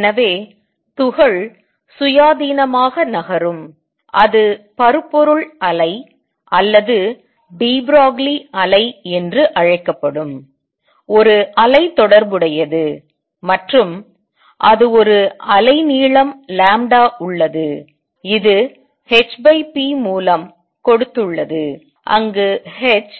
எனவே துகள் சுயாதீனமாக சுதந்திரமாக நகரும் அது பருப்பொருள் அலை அல்லது டி ப்ரோக்லி அலை என்று அழைக்கப்படும் ஒரு அலை தொடர்புடையது மற்றும் அது ஒரு அலை நீளம் லாம்டா உள்ளது இது hp மூலம் கொடுத்துள்ளது அங்கு h